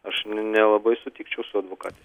aš nelabai sutikčiau su advokate